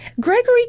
Gregory